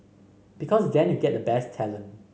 because then you get the best talent